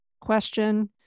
question